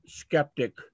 skeptic